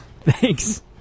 Thanks